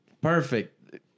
perfect